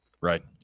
Right